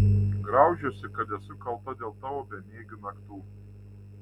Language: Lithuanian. graužiuosi kad esu kalta dėl tavo bemiegių naktų